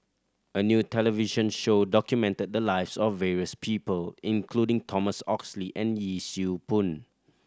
a new television show documented the lives of various people including Thomas Oxley and Yee Siew Pun